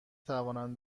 توانم